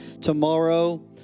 tomorrow